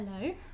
Hello